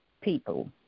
people